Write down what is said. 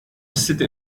city